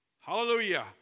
Hallelujah